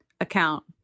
account